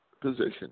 position